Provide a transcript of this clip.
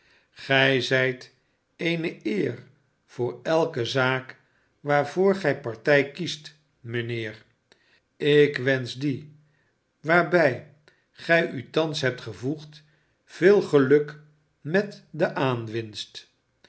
gij zijt eene eer voor elke zaak waarvoor gij partij kiest mijnheer ik wensch die waarbij gij u thans hebt gevoegd veel geluk met de